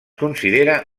considera